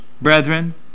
brethren